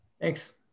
Thanks